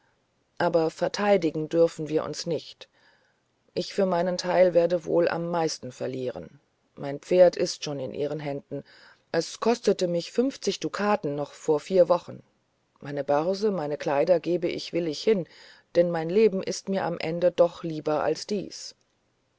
aber verteidigen dürfen wir uns nicht ich für meinen teil werde wohl am meisten verlieren mein pferd ist schon in ihren händen es kostete mich fünfzig dukaten noch vor vier wochen meine börse meine kleider gebe ich willig hin denn mein leben ist mir am ende doch lieber als alles dies